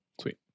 sweet